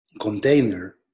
container